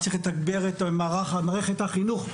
צריך לתגבר את מערכת החינוך,